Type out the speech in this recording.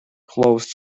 closed